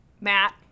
Matt